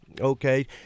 Okay